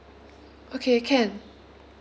okay can